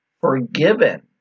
forgiven